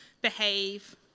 behave